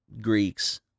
Greeks